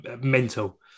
mental